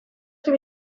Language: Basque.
zer